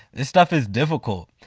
this stuff is difficult.